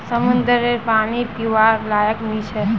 समंद्ररेर पानी पीवार लयाक नी छे